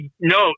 no